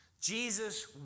Jesus